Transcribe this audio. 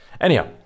Anyhow